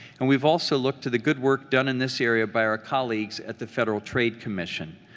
and we have also looked to the good work done in this area by our colleagues at the federal trade commission.